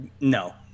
no